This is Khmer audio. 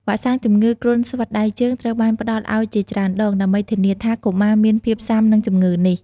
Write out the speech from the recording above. វ៉ាក់សាំងជំងឺគ្រុនស្វិតដៃជើងត្រូវបានផ្តល់ឱ្យជាច្រើនដង ដើម្បីធានាថាកុមារមានភាពស៊ាំនឹងជម្ងឺនេះ។